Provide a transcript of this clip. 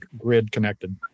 grid-connected